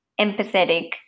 empathetic